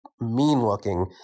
mean-looking